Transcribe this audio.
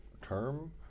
term